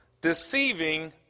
deceiving